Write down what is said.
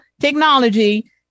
technology